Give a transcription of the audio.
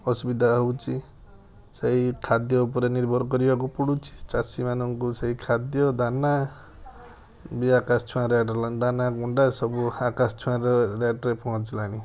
ଅସୁବିଧା ହେଉଛି ସେଇ ଖାଦ୍ୟ ଉପରେ ନିର୍ଭର କରିବାକୁ ପଡ଼ୁଛି ଚାଷୀମାନଙ୍କୁ ସେଇ ଖାଦ୍ୟ ଦାନା ବି ଆକାଶ ଛୁଆଁ ରେଟ୍ ହେଲାଣି ଦାନା ଗୁଣ୍ଡା ସବୁ ଆକାଶ ଛୁଆଁରେ ରେଟ୍ରେ ପହଞ୍ଚିଲାଣି